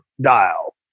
dial